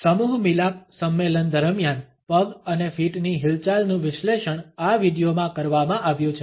સમૂહ મિલાપ સંમેલન દરમિયાન પગ અને ફીટની હિલચાલનું વિશ્લેષણ આ વિડિઓમાં કરવામાં આવ્યું છે